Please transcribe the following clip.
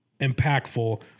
impactful